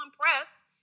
press